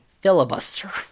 filibuster